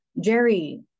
Jerry